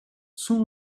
soon